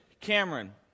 Cameron